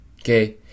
okay